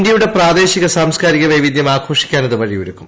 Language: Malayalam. ഇന്ത്യയുടെ പ്രാദേശിക സാംസ്കാരിക വൈവിധ്യം ആഘോഷിക്കാൻ ഇത് വഴിയൊരുക്കും